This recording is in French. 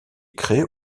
créée